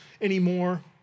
anymore